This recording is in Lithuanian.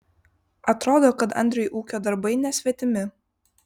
atrodo kad andriui ūkio darbai nesvetimi